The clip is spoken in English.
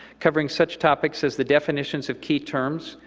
covering such topics as the definitions of key terms,